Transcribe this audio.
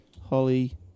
Holly